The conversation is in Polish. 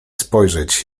spojrzeć